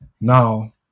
now